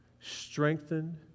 strengthened